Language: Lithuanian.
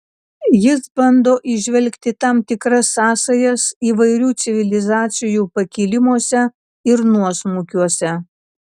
jis bando įžvelgti tam tikras sąsajas įvairių civilizacijų pakilimuose ir nuosmukiuose